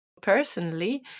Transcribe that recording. personally